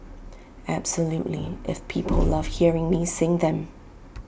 absolutely if people love hearing me sing them